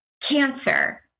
cancer